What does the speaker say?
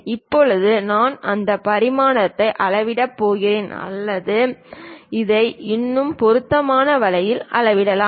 இப்போது நான் இந்த பரிமாணத்தை அளவிடப் போகிறேன் அல்லது இதை இன்னும் பொருத்தமான வழியில் அளவிடலாம்